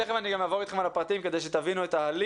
תיכף אני גם אעבור אתכם על הפרטים כדי שתבינו את ההליך,